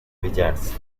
wizards